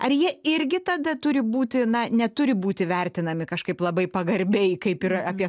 ar jie irgi tada turi būti na neturi būti vertinami kažkaip labai pagarbiai kaip ir apie